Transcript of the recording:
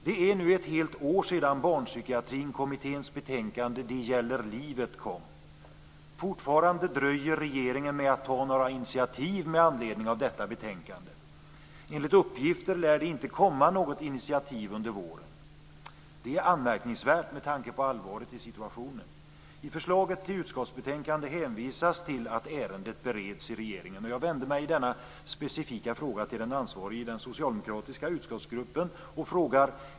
Det är nu ett helt år sedan Barnpsykiatrikommitténs betänkande Det gäller livet kom. Fortfarande dröjer regeringen med att ta några initiativ med anledning av detta betänkande. Enligt uppgifter lär det inte komma något initiativ under våren. Det är anmärkningsvärt med tanke på allvaret i situationen. I förslaget till utskottsbetänkande hänvisas till att ärendet bereds i regeringen. Jag vänder mig i denna specifika fråga till den ansvarige i den socialdemokratiska utskottsgruppen.